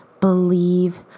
Believe